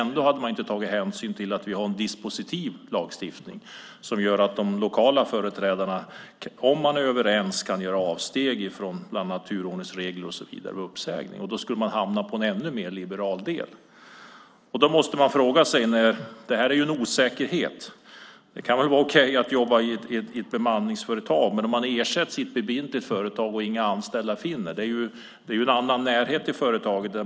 Ändå hade man inte tagit hänsyn till att vi har en dispositiv lagstiftning som gör att de lokala företrädarna, om de är överens, kan göra avsteg från turordningsregler och uppsägning. Annars skulle vi ha setts som ännu mer liberala. Det här är en osäkerhet. Det kan väl vara okej att jobba i ett bemanningsföretag, men inte om det är i ett företag där det inte finns några anställda. Som anställd i ett företag blir det en annan närhet till företaget.